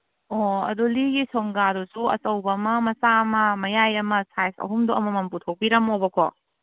ꯑꯣ ꯑꯗꯣ ꯂꯤꯒꯤ ꯁꯦꯡꯒꯥꯗꯨꯁꯨ ꯑꯆꯧꯕ ꯑꯃ ꯃꯆꯥ ꯑꯃ ꯃꯌꯥꯏ ꯑꯃ ꯁꯥꯏꯖ ꯑꯍꯨꯝꯗꯣ ꯑꯃꯃꯝ ꯄꯨꯊꯣꯛꯄꯤꯔꯝꯃꯣꯕꯀꯣ